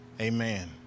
Amen